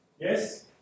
Yes